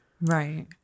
Right